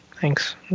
thanks